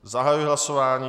Zahajuji hlasování.